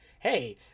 hey